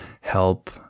help